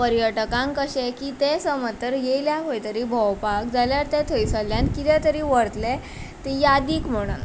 पर्यटकांक अशें की ते समज तर येल्या खंय तरी भोंवपाक जाल्यार ते थंयसरल्यान कितें तरी व्हरतले यादीक म्हणून